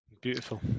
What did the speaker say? Beautiful